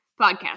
podcast